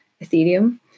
Ethereum